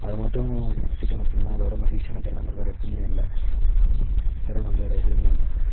அது மட்டும் மாற்றிட்டோம் அப்படின்னா அதை விட மகிழ்ச்சியான தருணங்கள் வேறு எதுவுமே இல்லை தருணம் வேறு எதுவுமே இல்லை